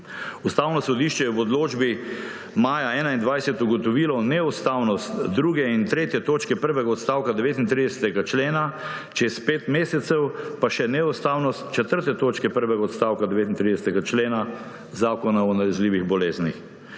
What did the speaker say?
Ustavno sodišče je v odločbi maja 2021 ugotovilo neustavnost druge in tretje točke prvega odstavka 39. člena, čez pet mesecev pa še neustavnost četrte točke prvega odstavka 39. člena Zakona o nalezljivih boleznih.